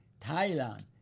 Thailand